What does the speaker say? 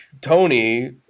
Tony